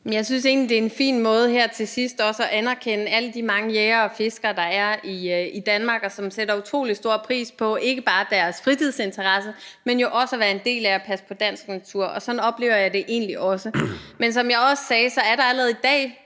Jeg synes egentlig, at det er en fin måde her til sidst også at anerkende alle de mange jægere og fiskere på, der er i Danmark, og som sætter utrolig stor pris på ikke bare deres fritidsinteresse, men jo også det at være en del af at passe på dansk natur. Og sådan oplever jeg det egentlig også. Men som jeg også sagde, er der allerede i dag